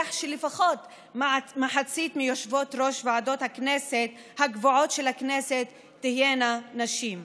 שלפחות מחצית מיושבות-ראש ועדות הקבועות של הכנסת תהיינה נשים.